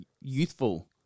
youthful